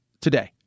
today